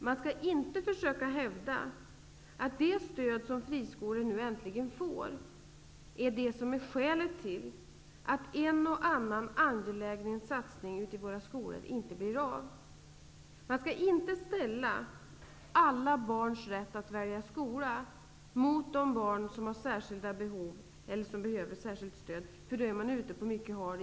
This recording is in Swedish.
Man skall inte försöka hävda att det stöd som friskolorna nu äntligen får är skälet till att en och annan angelägen satsning ute i våra skolor inte blir av. Alla barns rätt att välja skola skall inte ställas mot rätten för de barn som har särskilda behov eller behöver särskilt stöd. Då är man ute på mycket hal is.